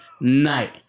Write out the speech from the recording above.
night